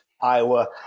Iowa